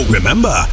Remember